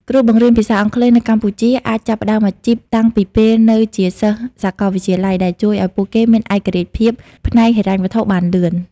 គ្រូបង្រៀនភាសាអង់គ្លេសនៅកម្ពុជាអាចចាប់ផ្តើមអាជីពតាំងពីពេលនៅជាសិស្សសាកលវិទ្យាល័យ ដែលជួយឱ្យពួកគេមានឯករាជ្យភាពផ្នែកហិរញ្ញវត្ថុបានលឿន។